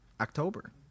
October